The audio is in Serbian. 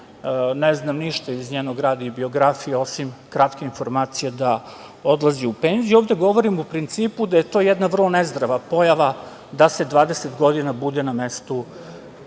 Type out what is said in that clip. ne znam ništa iz njenog rada i biografije osim kratke informacije da odlazi u penziju. Ovde govorim o principu, da je to jedna vrlo nezdrava pojava da se 20 godina bude na mestu